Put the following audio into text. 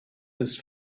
ist